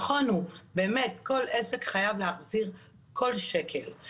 נכון הוא, באמת, כל עסק חייב להחזיר כל שקל.